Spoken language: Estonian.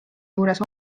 juures